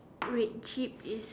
grape jeep is